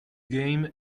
game